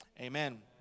amen